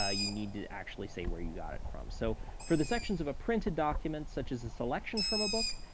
ah you need to actually say where you got it from. so for the sections of a printed document, such as a selection from a book,